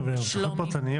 כן, אבל זה תכניות פרטניות.